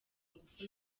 ngufu